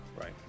Right